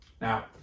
Now